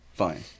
Fine